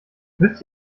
müsst